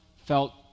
felt